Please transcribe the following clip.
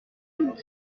doute